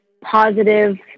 positive